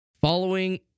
Following